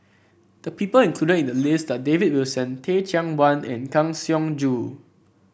the people include in the list are David Wilson Teh Cheang Wan and Kang Siong Joo